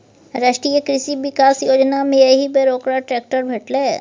राष्ट्रीय कृषि विकास योजनामे एहिबेर ओकरा ट्रैक्टर भेटलै